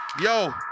Yo